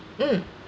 mm